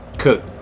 Cook